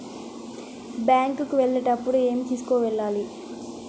Bank కు వెళ్ళేటప్పుడు ఏమి తీసుకొని వెళ్ళాలి?